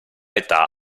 età